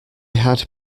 had